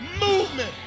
movement